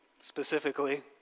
specifically